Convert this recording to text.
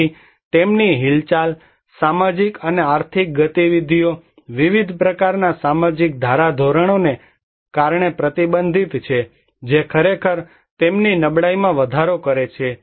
તેથી તેમની હિલચાલ સામાજિક અને આર્થિક ગતિવિધિઓ વિવિધ પ્રકારના સામાજિક ધારાધોરણોને કારણે પ્રતિબંધિત છે જે ખરેખર તેમની નબળાઈમાં વધારો કરે છે